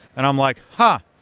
and i'm like, ha!